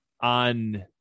on